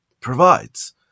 provides